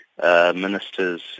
Ministers